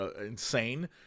insane